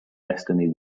destiny